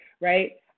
right